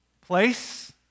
Place